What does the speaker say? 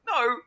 no